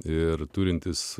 ir turintis